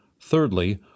thirdly